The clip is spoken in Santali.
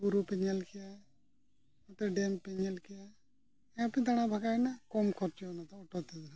ᱵᱩᱨᱩ ᱯᱮ ᱧᱮᱞ ᱠᱮᱜᱼᱟ ᱱᱟᱛᱮ ᱰᱮᱹᱢ ᱯᱮ ᱧᱮᱞ ᱠᱮᱜᱼᱟ ᱟᱯᱮ ᱦᱚᱸᱯᱮ ᱫᱟᱬᱟ ᱠᱮᱫᱟ ᱠᱚᱢ ᱠᱷᱚᱨᱪᱚ ᱚᱱᱟ ᱫᱚ ᱚᱴᱳ ᱛᱮᱫᱚ ᱦᱟᱸᱜ